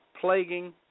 plaguing